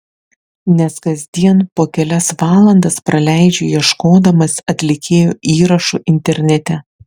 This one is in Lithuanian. nes kasdien po kelias valandas praleidžiu ieškodamas atlikėjų įrašų internete